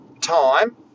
time